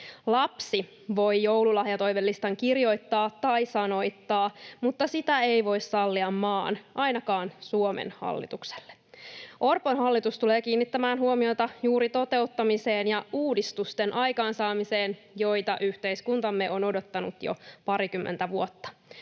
Lapsi voi joululahjatoivelistan kirjoittaa tai sanoittaa, mutta sitä ei voi sallia maan, ainakaan Suomen, hallitukselle. Orpon hallitus tulee kiinnittämään huomiota juuri toteuttamiseen ja uudistusten aikaansaamiseen, joita yhteiskuntamme on odottanut jo parikymmentä vuotta,